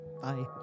bye